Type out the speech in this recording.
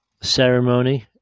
ceremony